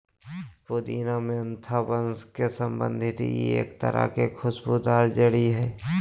पुदीना मेंथा वंश से संबंधित ई एक तरह के खुशबूदार जड़ी हइ